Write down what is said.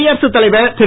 குடியரசுத் தலைவர் திரு